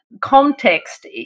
context